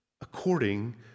according